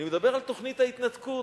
אני מדבר על תוכנית ההתנתקות.